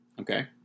Okay